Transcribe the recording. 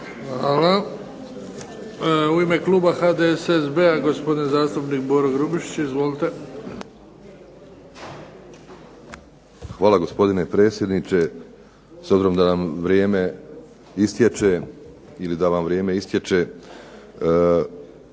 Hvala. U ime kluba HDSSB-a gospodin zastupnik Boro Grubišić. Izvolite. **Grubišić, Boro (HDSSB)** Hvala gospodine predsjedniče. S obzirom da nam vrijeme istječe ili da vam vrijeme istječe,